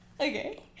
okay